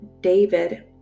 David